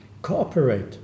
cooperate